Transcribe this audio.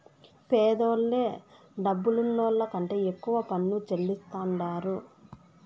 పేదోల్లే డబ్బులున్నోళ్ల కంటే ఎక్కువ పన్ను చెల్లిస్తాండారు